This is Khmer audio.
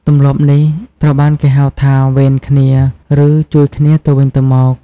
ទម្លាប់នេះត្រូវបានគេហៅថា វេនគ្នា ឬ ជួយគ្នាទៅវិញទៅមក។